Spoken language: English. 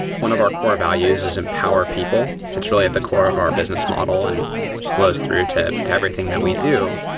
one of our core values is empower people. it's really at the core of our business model and flows through to to everything that we do.